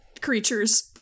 creatures